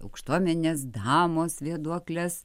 aukštuomenės damos vėduokles